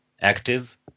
active